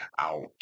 out